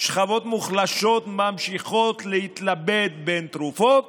שכבות מוחלשות ממשיכות להתלבט בין תרופות